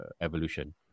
evolution